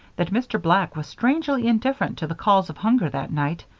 that mr. black was strangely indifferent to the calls of hunger that night.